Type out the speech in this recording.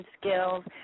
skills